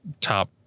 top